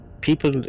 people